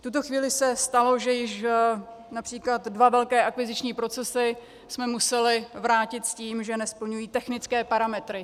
V tuto chvíli se stalo, že již například dva velké akviziční procesy jsme museli vrátit s tím, že nesplňují technické parametry.